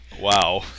Wow